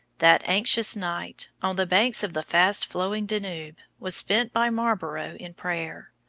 that anxious night, on the banks of the fast-flowing danube, was spent by marlborough in prayer.